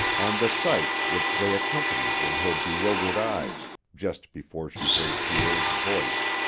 and the sights which they accompanied in her bewildered eyes, just before she heard pierre's voice,